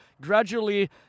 gradually